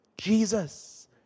Jesus